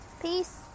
Peace